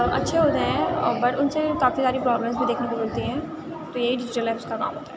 اچھے ہوتے ہیں بٹ ان سے بھی کافی ساری پرابلمس بھی دیکھنے کو ملتی ہیں تو یہی ڈیجیٹل ایپس کا کام ہوتا ہے